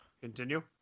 Continue